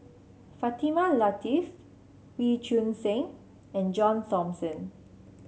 Fatimah Lateef Wee Choon Seng and John Thomson